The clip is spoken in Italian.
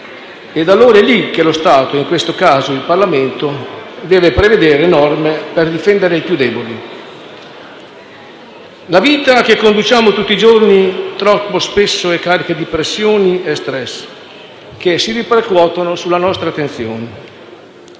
ed allora è lì che lo Stato, in questo caso il Parlamento, deve prevedere norme per difendere i più deboli. La vita che conduciamo tutti i giorni troppo spesso è carica di pressioni e di stress che si ripercuotono sulla nostra attenzione.